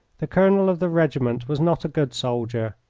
the colonel of the regiment was not a good soldier,